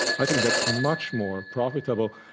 i think that's much more profitable.